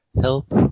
help